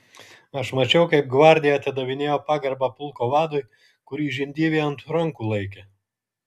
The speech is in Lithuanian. aš mačiau kaip gvardija atidavinėjo pagarbą pulko vadui kurį žindyvė ant rankų laikė